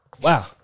Wow